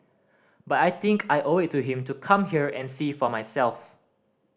but I think I owe it to him to come here and see for myself